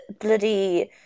bloody